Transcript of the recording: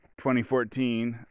2014